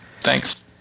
Thanks